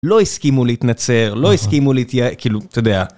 לא הסכימו להתנצר, לא הסכימו להתיי.. כאילו, אתה יודע.